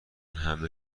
همه